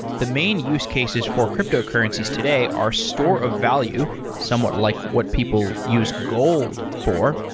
the main use cases for cryptocurrencies today are store of value, somewhat like what people use gold for,